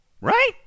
Right